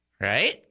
right